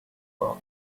for